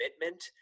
commitment